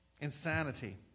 Insanity